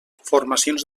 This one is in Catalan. formacions